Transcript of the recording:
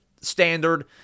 standard